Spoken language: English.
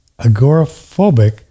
agoraphobic